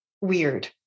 weird